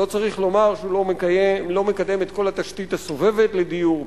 לא צריך לומר שהוא לא מקדם את כל התשתית הסובבת לדיור,